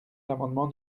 l’amendement